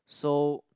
so